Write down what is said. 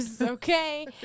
okay